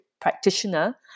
practitioner